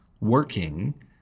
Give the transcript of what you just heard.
working